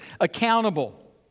accountable